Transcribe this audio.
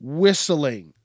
whistling